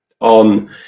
on